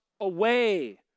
away